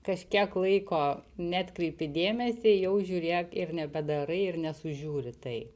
kažkiek laiko neatkreipi dėmesį jau žiūrėk ir nepadarai ir nesužiūri tai